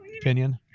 opinion